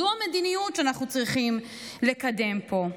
זו המדיניות שאנחנו צריכים לקדם פה.